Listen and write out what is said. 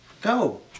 Go